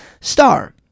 star